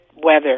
weather